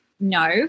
No